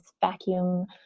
vacuum